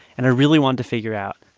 and i really wanted to figure out,